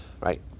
Right